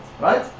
Right